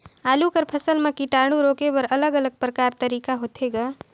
आलू कर फसल म कीटाणु रोके बर अलग अलग प्रकार तरीका होथे ग?